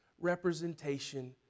representation